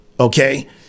Okay